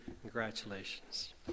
Congratulations